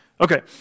Okay